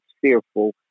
fearful